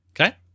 Okay